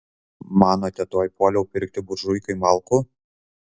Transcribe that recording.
manote tuoj puoliau pirkti buržuikai malkų